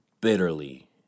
bitterly